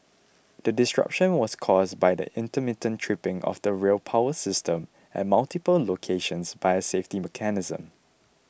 the disruption was caused by the intermittent tripping of the rail power system at multiple locations by a safety mechanism